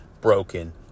broken